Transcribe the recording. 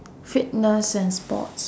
fitness and sports